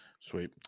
Sweet